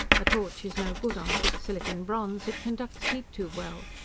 a torch is no good on thick silicon bronze. it conducts heat too well!